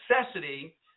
necessity